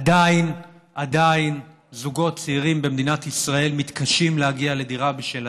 עדיין זוגות צעירים במדינת ישראל מתקשים להגיע לדירה משלהם.